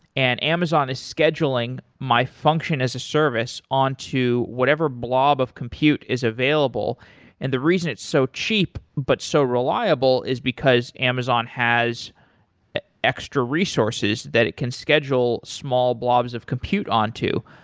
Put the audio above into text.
and amazon is scheduling my function as a service onto whatever blob of compute is available and the reason it's so cheap, but so reliable is because amazon has extra resources that it can schedule small blobs of compute to.